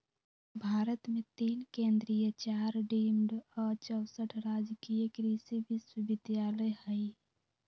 भारत मे तीन केन्द्रीय चार डिम्ड आ चौसठ राजकीय कृषि विश्वविद्यालय हई